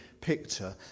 picture